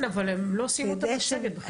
כן, אבל הם עוד לא סיימו את המצגת.